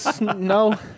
no